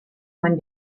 man